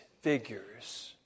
figures